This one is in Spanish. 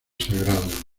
sagrado